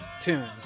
tunes